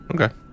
Okay